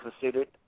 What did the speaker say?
considered